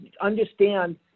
understand